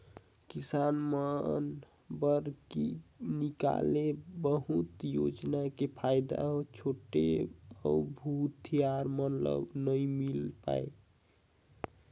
किसान मन बर निकाले बहुत योजना के फायदा छोटे अउ भूथियार मन ल नइ मिल पाये